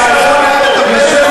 חבר הכנסת